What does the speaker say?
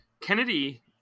kennedy